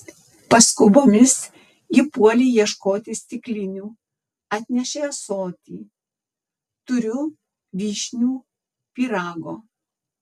paskubomis ji puolė ieškoti stiklinių atnešė ąsotį turiu vyšnių pyrago